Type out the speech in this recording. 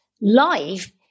life